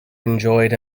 enjoyed